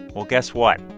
well, guess what?